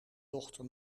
dochter